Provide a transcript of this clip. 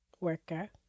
worker